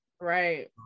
Right